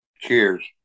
Cheers